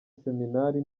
seminari